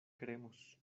queremos